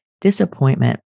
disappointment